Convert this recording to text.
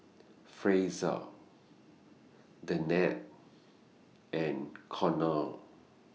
Frazier Danette and Konnor